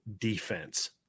defense